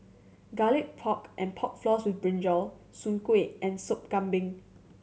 Garlic Pork and Pork Floss with brinjal soon kway and Sop Kambing